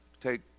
take